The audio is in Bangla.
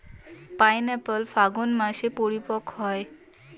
পাইনএপ্পল ফাল্গুন মাসে পরিপক্ব হয়